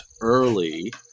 early –